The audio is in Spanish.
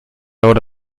hora